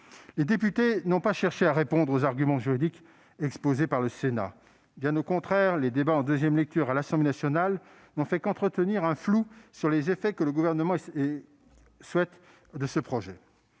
Les députés n'ont pas cherché à répondre aux arguments juridiques exposés par le Sénat. Bien au contraire, les débats en deuxième lecture à l'Assemblée nationale n'ont fait qu'entretenir le flou sur les effets que le Gouvernement et sa majorité